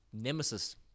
Nemesis